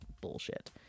bullshit